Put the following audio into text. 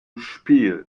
spiel